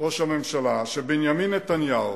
ראש הממשלה, שבנימין נתניהו,